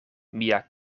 mia